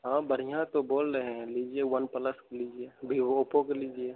हाँ बढ़िया तो बोल रहे हैं लीजिए वन प्लस लीजिए भि ऑपो के लीजिए